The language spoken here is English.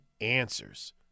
answers